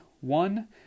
one